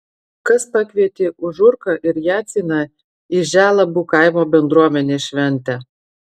kas pakvietė užurką ir jacyną į želabų kaimo bendruomenės šventę